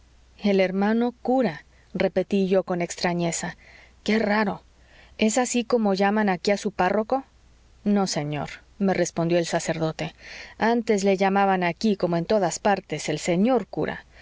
el hermano cura repetí yo con extrañeza qué raro es así como llaman aquí a su párroco no señor me respondió el sacerdote antes le llamaban aquí como en todas partes el señor cura